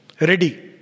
Ready